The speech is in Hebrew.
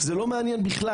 זה לא מעניין בכלל.